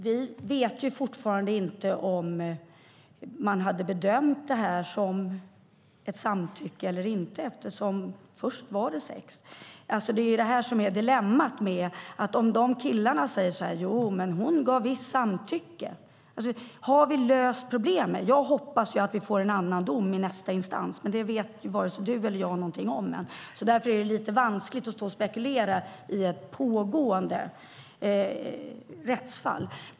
Vi vet fortfarande inte om man bedömt det som ett samtycke eller inte eftersom det föregicks av sex. Dilemmat är att killarna säger att hon visst gav sitt samtycke. Har vi löst problemet? Jag hoppas att vi i nästa instans får en annan dom, men det vet varken Lena Olsson eller jag någonting om ännu. Därför är det lite vanskligt att spekulera i ett pågående rättsfall.